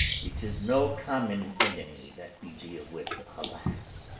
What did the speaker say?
it is no common enemy that we deal with. alas!